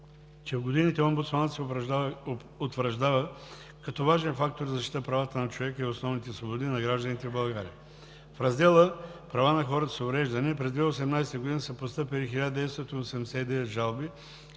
че в годините омбудсманът се утвърждава като важен фактор за защита правата на човека и основните свободи на гражданите в България. В раздела „Права на хората с увреждания“ през 2018 г. са постъпили 1989 жалби